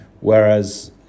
Whereas